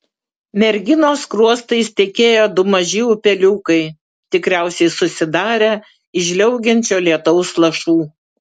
merginos skruostais tekėjo du maži upeliukai tikriausiai susidarę iš žliaugiančio lietaus lašų